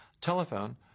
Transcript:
Telephone